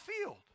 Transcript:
field